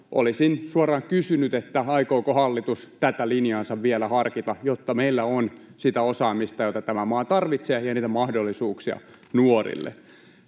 olisin suoraan kysynyt, aikooko hallitus tätä linjaansa vielä harkita, jotta meillä on sitä osaamista, jota tämä maa tarvitsee, ja niitä mahdollisuuksia nuorille.